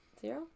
Zero